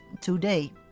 today